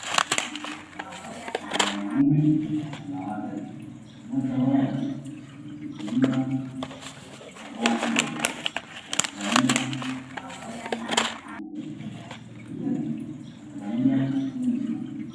Kuna wanaume kwa wanawake. Mmoja wao ameshikilia tomato na kuvalia shati nyeupe. Mwengine amevalia kofia nyeupe.